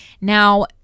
Now